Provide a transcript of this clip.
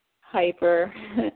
hyper